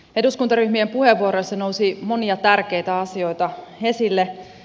eduskuntaryhmien puheenvuoroissa nousi monia tärkeitä asioita esille